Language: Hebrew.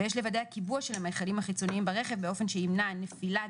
יש לוודא קיבוע של המכלים החיצוניים ברכב באופן שימנע נפילה,